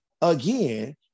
again